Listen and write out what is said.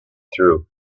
through